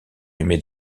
émet